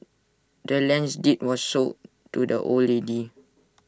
the land's deed was sold to the old lady